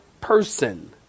person